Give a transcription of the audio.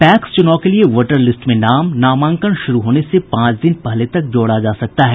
PACS चुनाव के लिए वोटरलिस्ट में नाम नामांकन शुरू होने से पांच दिन पहले तक जोड़ा जा सकता है